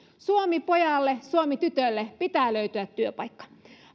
suomi pojalle suomi tytölle pitää löytyä työpaikka